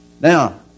Now